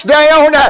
down